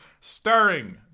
Starring